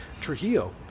Trujillo